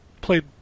played